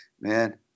man